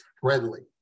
friendly